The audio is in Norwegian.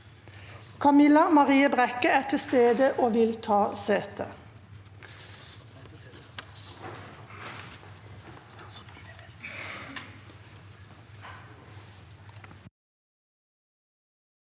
Camilla Maria Brekke er til stede og vil ta sete.